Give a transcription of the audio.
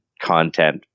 content